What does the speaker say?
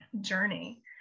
journey